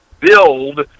build